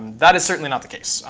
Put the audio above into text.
that is certainly not the case.